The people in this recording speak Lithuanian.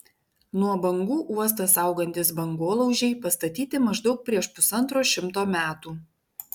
nuo bangų uostą saugantys bangolaužiai pastatyti maždaug prieš pusantro šimto metų